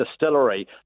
distillery